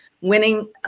winning